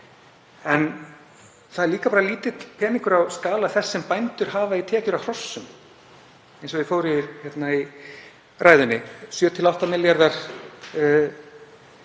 En það er líka bara lítill peningur á skala þess sem bændur hafa í tekjur af hrossum, eins og ég fór yfir í ræðunni, 7–8 milljarðar er